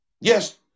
Yes